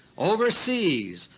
overseas,